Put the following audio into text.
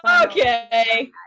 okay